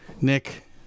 Nick